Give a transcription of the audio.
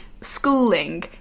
schooling